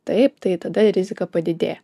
taip tai tada rizika padidėja